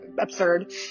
absurd